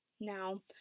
Now